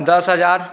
दस हजार